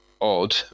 odd